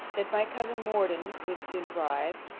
that my cousin morden would soon arrive,